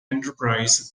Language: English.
enterprise